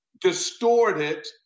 distorted